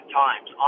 times